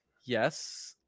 Yes